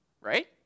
right